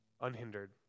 unhindered